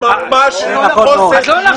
ממש לא נכון.